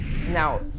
Now